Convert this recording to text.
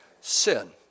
Sin